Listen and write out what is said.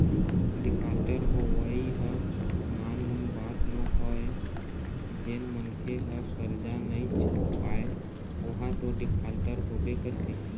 defaulter होवई ह नानमुन बात नोहय जेन मनखे ह करजा नइ छुट पाय ओहा तो डिफाल्टर होबे करथे